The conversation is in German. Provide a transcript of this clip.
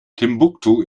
timbuktu